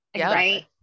right